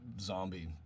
zombie